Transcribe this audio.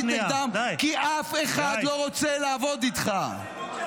נגדם כי אף אחד לא רוצה לעבוד איתך.